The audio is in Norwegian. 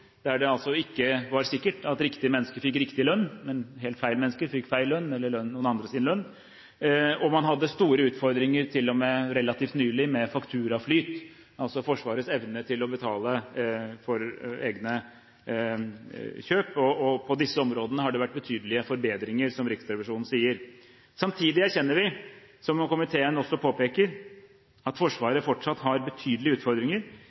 der det ikke var sikkert at riktig menneske fikk riktig lønn, men helt feil menneske fikk feil lønn eller noen andres lønn. Man hadde store utfordringer, til og med relativt nylig, med fakturaflyt – altså Forsvarets evne til å betale for egne kjøp. På disse områdene har det vært betydelige forbedringer, som Riksrevisjonen sier. Samtidig erkjenner vi, som komiteen også påpeker, at Forsvaret fortsatt har betydelige utfordringer